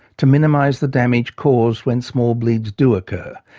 to minimise the damage caused when small bleeds do occur,